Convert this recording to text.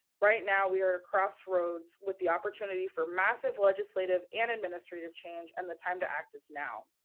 right now, we are at a crossroads with the opportunity for massive legislative and administrative change and the time to act is now!